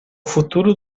futuro